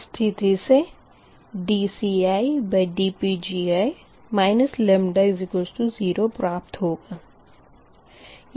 इस स्थिति से dCidPgi λ0 प्राप्त होगा